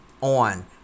on